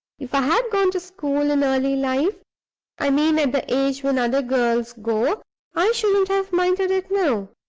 if i had gone to school in early life i mean at the age when other girls go i shouldn't have minded it now.